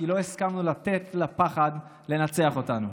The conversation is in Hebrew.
כי לא הסכמנו לתת לפחד לנצח אותנו.